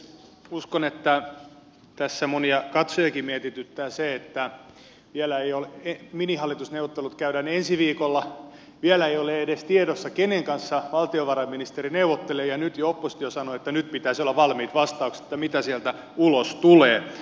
uskon että tässä monia katsojiakin mietityttää se että kun minihallitusneuvottelut käydään ensi viikolla ja vielä ei ole edes tiedossa kenen kanssa valtiovarainministeri neuvottelee niin nyt jo oppositio sanoo että nyt pitäisi olla valmiit vastaukset että mitä sieltä ulos tulee